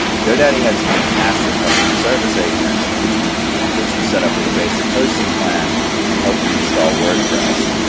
godaddy has fantastic customer service agents which can get you setup with a basic hosting plan and help you install wordpress.